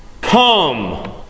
Come